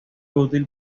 útil